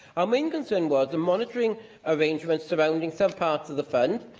our main concern was the monitoring arrangements surrounding some parts of the fund.